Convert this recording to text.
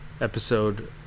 episode